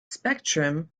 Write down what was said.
spectrum